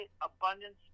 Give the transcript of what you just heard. abundance